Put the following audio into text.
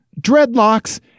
dreadlocks